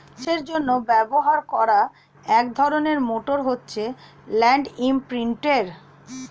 চাষের জন্য ব্যবহার করা এক ধরনের মোটর হচ্ছে ল্যান্ড ইমপ্রিন্টের